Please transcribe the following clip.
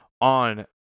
on